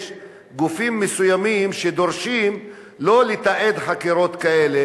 גופים מסוימים שדורשים לא לתעד חקירות כאלה,